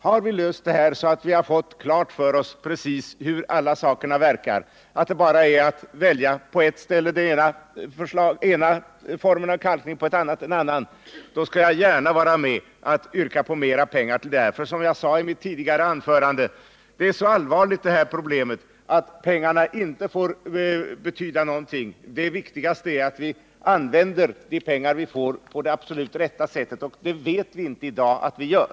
När vi löst de här problemen och har klart för oss hur de olika metoderna verkar — när vi bara har att välja den ena formen av kalkning på ett ställe och den andra på ett annat — skall jag gärna vara med och yrka på mer pengar till detta ändamål. Som jag sade i mitt tidigare anförande är det här problemet så allvarligt att pengarna inte får betyda någonting. Det viktigaste är att vi använder de pengar vi får på absolut rätt sätt, och det vet vi inte i dag att vi gör.